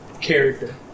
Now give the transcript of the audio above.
character